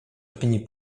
opinii